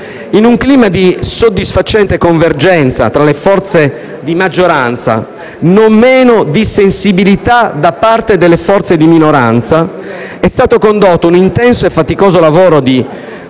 In un clima di soddisfacente convergenza tra le forze di maggioranza, non meno che di sensibilità da parte delle forze di minoranza, è stato condotto un intenso e faticoso lavoro di